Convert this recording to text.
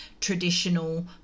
traditional